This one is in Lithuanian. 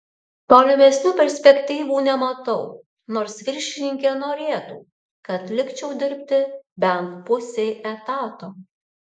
tolimesnių perspektyvų nematau nors viršininkė norėtų kad likčiau dirbti bent pusei etato